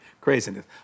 Craziness